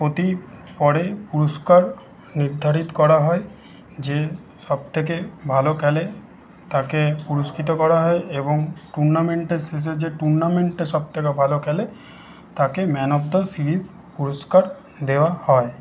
প্রতি পরে পুরস্কার নির্ধারিত করা হয় যে সবথেকে ভালো খেলে তাকে পুরস্কৃত করা হয় এবং টুর্নামেন্টের শেষে যে টুর্নামেন্টটা যে সবথেকে ভালো খেলে তাকে ম্যান অফ দা সিরিজ পুরস্কার দেওয়া হয়